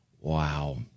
wow